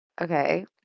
Okay